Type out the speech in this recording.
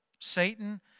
satan